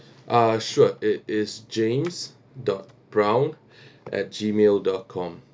uh sure it is james dot brown at gmail dot com